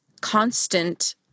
constant